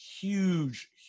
huge